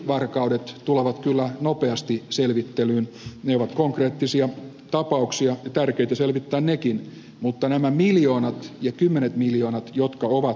kioskivarkaudet tulevat kyllä nopeasti selvittelyyn ne ovat konkreettisia tapauksia ja tärkeitä selvittää nekin mutta nämä miljoonat ja kymmenet miljoonat jotka ovat